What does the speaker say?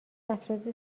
افراد